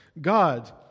God